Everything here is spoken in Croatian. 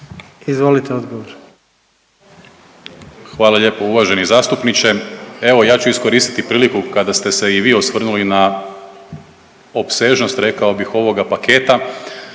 Marko** Hvala lijepo uvaženi zastupniče. Evo ja ću iskoristiti priliku kada ste se i vi osvrnuli na opsežnost rekao bih ovoga paketa